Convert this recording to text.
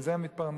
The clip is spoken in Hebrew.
מזה הם מתפרנסים,